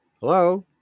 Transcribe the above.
Hello